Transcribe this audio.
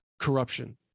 corruption